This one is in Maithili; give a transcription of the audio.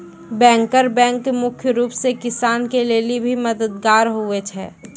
बैंकर बैंक मुख्य रूप से किसान के लेली भी मददगार हुवै छै